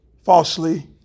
Falsely